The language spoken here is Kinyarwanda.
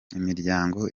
imiryango